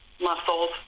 muscles